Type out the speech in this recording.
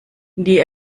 die